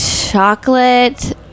chocolate